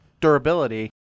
durability